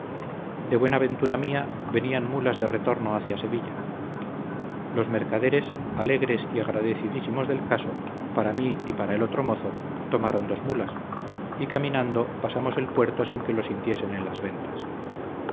de buena ventura mía venían mulas de retorno hacia sevilla los mercaderes alegres y agradecidísimos del caso para mí y para el otro mozo tomaron dos mulas y caminando pasamos el puerto sin que lo sintiesen en las ventas